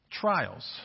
trials